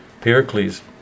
Pericles